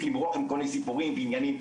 למרוח עם כל מיני סיפורים ועניינים.